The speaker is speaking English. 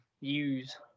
use